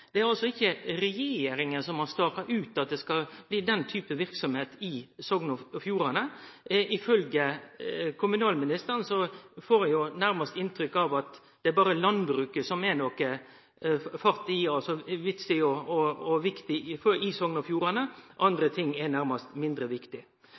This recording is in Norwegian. Det er ikkje regjeringa som har staka ut at det skal vere den type verksemd i Sogn og Fjordane. Av kommunalministeren får eg nærmast inntrykk av at det berre er landbruket som det er noko fart i, og som er viktig i Sogn og Fjordane. Andre ting er nærmast mindre viktig.